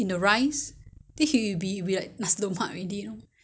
the chicken doesn't matter right as long as you know